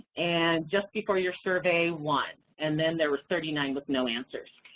and just before your survey, one. and then there was thirty nine with no answers.